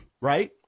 right